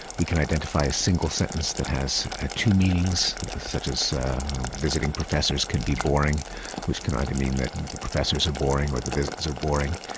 we can identify identify a single sentence that has ah two meanings such as visiting professors can be boring which can either mean that the professors are boring or the visits are boring.